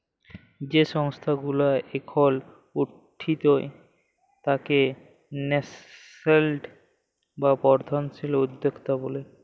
যেই সংস্থা গুলা এখল উঠতি তাকে ন্যাসেন্ট বা বর্ধনশীল উদ্যক্তা ব্যলে